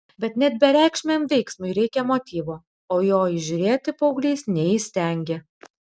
bet net bereikšmiam veiksmui reikia motyvo o jo įžiūrėti paauglys neįstengė